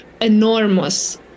enormous